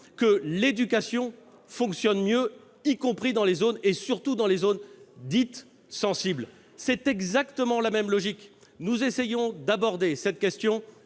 que l'éducation fonctionne mieux, y compris et surtout dans les zones dites sensibles, c'est exactement la même logique. Nous essayons d'aborder cette question